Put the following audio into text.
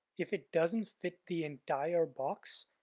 if it doesn't fit the entire box,